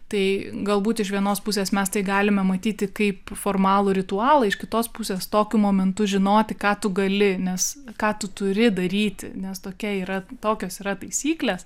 tai galbūt iš vienos pusės mes tai galime matyti kaip formalų ritualą iš kitos pusės tokiu momentu žinoti ką tu gali nes ką tu turi daryti nes tokia yra tokios yra taisyklės